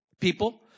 people